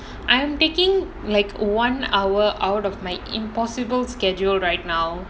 I'm taking like one hour out of my impossible schedule right now